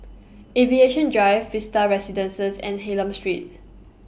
Aviation Drive Vista Residences and Hylam Street